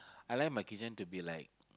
I like my kitchen to be like